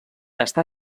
està